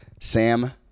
Sam